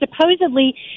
supposedly